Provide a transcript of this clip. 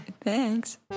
Thanks